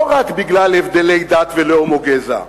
לא רק בגלל הבדלי דת ולאום או גזע!